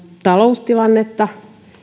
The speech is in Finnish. taloustilannetta